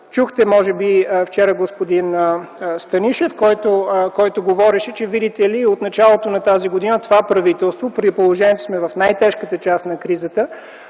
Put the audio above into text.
Чухте, може би, господин Станишев вчера, който говореше, че видите ли, от началото на тази година това правителство при положение, че сме в най-тежката част на кризата,